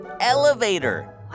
elevator